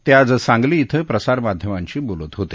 ते आज सांगली क्वें प्रसार माध्यमांशी बोलत होते